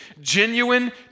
Genuine